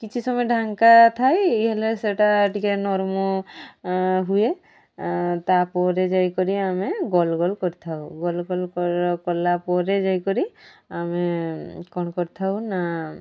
କିଛି ସମୟ ଢାଙ୍କା ଥାଏ ଏ ହେଲେ ସେଟା ଟିକେ ନରମ ହୁଏ ତା'ପରେ ଯାଇକରି ଆମେ ଗୋଲ ଗୋଲ କରିଥାଉ ଗୋଲ ଗୋଲ କଲା ପରେ ଯାଇକରି ଆମେ କ'ଣ କରିଥାଉ ନା